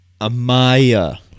Amaya